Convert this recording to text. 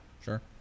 sure